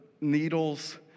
needles